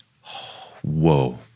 whoa